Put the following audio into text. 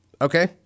Okay